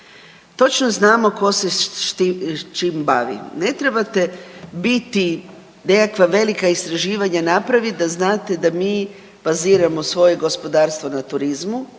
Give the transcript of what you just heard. Točno znamo tko se s čim bavi. Ne trebate biti, nekakva velika istraživanja napravit da znate da mi baziramo svoje gospodarstvo na turizmu